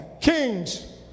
Kings